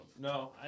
No